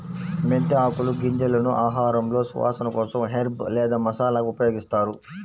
మెంతి ఆకులు, గింజలను ఆహారంలో సువాసన కోసం హెర్బ్ లేదా మసాలాగా ఉపయోగిస్తారు